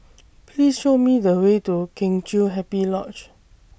Please Show Me The Way to Kheng Chiu Happy Lodge